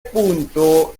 punto